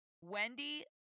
Wendy